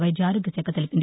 వైద్య ఆరోగ్య శాఖ తెలిపింది